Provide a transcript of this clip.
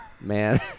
Man